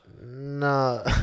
No